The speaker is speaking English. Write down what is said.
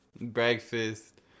breakfast